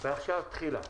ועכשיו תחילה.